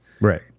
Right